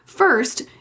First